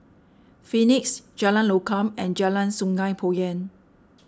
Phoenix Jalan Lokam and Jalan Sungei Poyan